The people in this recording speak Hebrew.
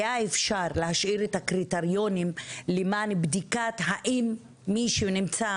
היה אפשר להשאיר את הקריטריונים למען בדיקת האם מישהו נמצא